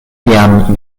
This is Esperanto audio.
tiam